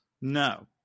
no